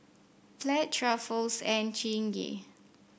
Pledge Ruffles and Chingay